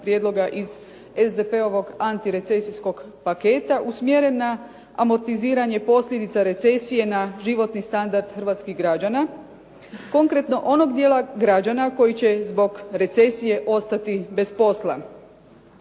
prijedloga iz SDP-ovog antirecesijskog paketa usmjeren na amortiziranje posljedica recesije na životni standard hrvatskih građana, konkretno onog dijela građana koji će zbog recesije ostati bez posla.